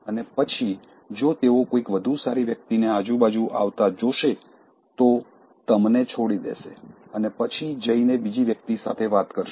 અને પછી જો તેઓ કોઈક વધુ સારી વ્યક્તિને આજુબાજુ આવતા જોશે તો તેઓ તમને છોડી દેશે અને પછી જઇને બીજી વ્યક્તિ સાથે વાત કરશે